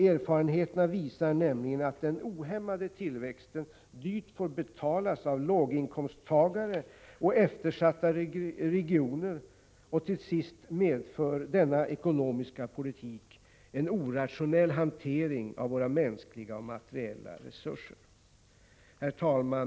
Erfarenheterna visar nämligen att den ohämmade tillväxten dyrt får betalas av låginkomsttagare och eftersatta regioner, och till sist medför denna ekonomiska politik en orationell hantering av våra mänskliga och materiella resurser. Herr talman!